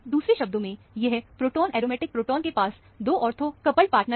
दूसरे शब्दों में यह proton aromatic proton proton aromatic proton के पास दो ऑर्थो कपल्ड पार्टनर है